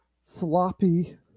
sloppy